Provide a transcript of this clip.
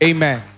Amen